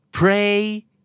Pray